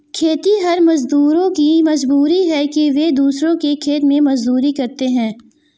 खेतिहर मजदूरों की मजबूरी है कि वे दूसरों के खेत में मजदूरी करते हैं